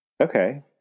Okay